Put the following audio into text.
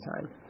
time